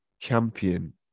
champion